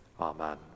Amen